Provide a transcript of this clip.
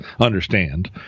understand